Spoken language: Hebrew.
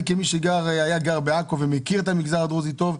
כמי שהיה גר בעכו ומכיר את המגזר הדרוזי טוב,